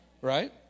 right